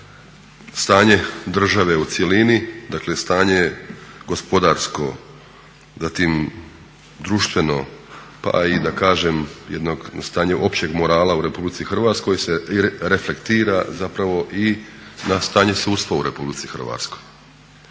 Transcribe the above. stanje države u cjelini, dakle stanje gospodarsko, zatim društveno, pa i da kažem jedno stanje općeg morala u Republici Hrvatskoj se reflektira zapravo i na stanje sudstva u Republici Hrvatskoj.